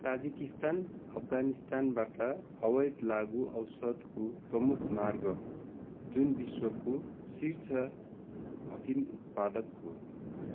Tajikistan अफगानिस्तानबाट अवैध लागु औषधको प्रमुख मार्ग हो जुन विश्वको शीर्ष अफिम उत्पादक हो